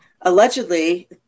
allegedly